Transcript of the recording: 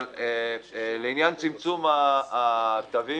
לעניין צמצום מספר התווים